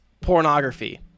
pornography